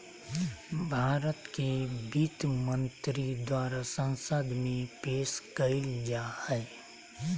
भारत के वित्त मंत्री द्वारा संसद में पेश कइल जा हइ